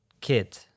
kid